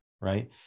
Right